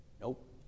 nope